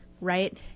right